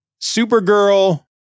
Supergirl